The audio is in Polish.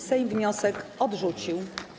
Sejm wniosek odrzucił.